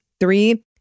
Three